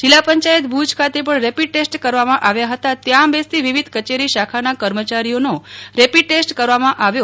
જિલ્લા પંચાયત ભુજ ખાતે પણ રેપીડ ટેસ્ટ કરવામાં આવ્યા હતા ત્યાં બેસતી વિવિધ કચેરી શાખાના કર્મચોગીઓનો રેપીડ ટેસ્ટ કરવામાં આવ્યો